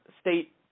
state